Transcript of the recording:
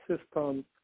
system